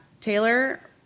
Taylor